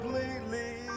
completely